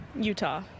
Utah